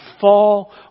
fall